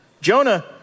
Jonah